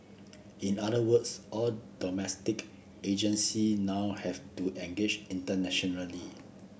in other words all domestic agency now have to engage internationally